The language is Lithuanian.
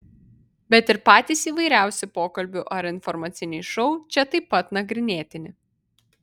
bet ir patys įvairiausi pokalbių ar informaciniai šou čia taip pat nagrinėtini